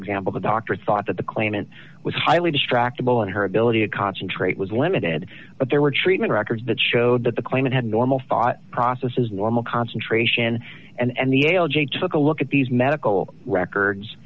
example the doctor thought that the claimant was highly distractable and her ability to concentrate was limited but there were treatment records that showed that the claimant had normal thought processes normal concentration and the l j took a look at these medical records